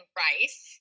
rice